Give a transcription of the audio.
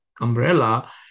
umbrella